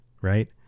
Right